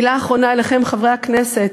מילה אחרונה אליכם, חברי הכנסת.